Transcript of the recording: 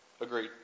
agreed